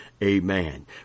Amen